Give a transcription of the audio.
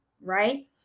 right